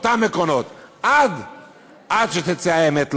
אותם עקרונות, עד שתצא האמת לאור.